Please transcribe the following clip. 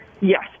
yes